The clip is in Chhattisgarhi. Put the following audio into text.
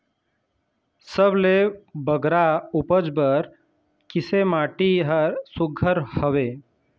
सबले बगरा उपज बर किसे माटी हर सुघ्घर हवे?